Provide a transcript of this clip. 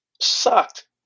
sucked